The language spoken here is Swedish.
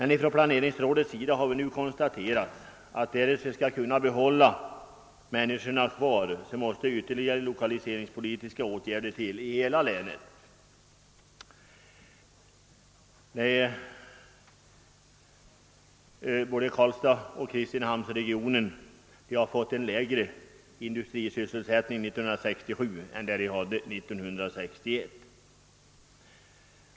Från planeringsrådets sida har man konstaterat att därest vi skall kunna behålla invånarna kvar måste ytterligare lokaliseringspolitiska åtgärder till i hela länet. Både Karlstadsoch Kristinehamnsregionerna hade 1967 lägre sysselsättning än de hade 1961.